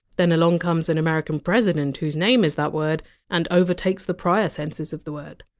then along comes an american president whose name is that word and overtakes the prior senses of the word.